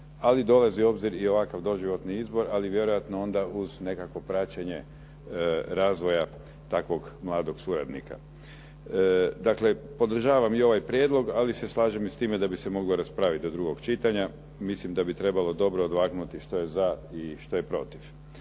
ali dolazi u obzir i ovakav doživotni izbor, ali vjerojatno onda uz nekakvo praćenje razvoja takvog mladog suradnika. Dakle, podržavam ovaj prijedlog ali se slažem i s time da bi se moglo raspraviti do drugog čitanja. Mislim da bi trebalo dobro odvagnuti što je za i što je protiv.